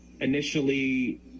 initially